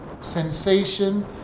sensation